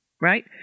Right